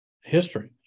history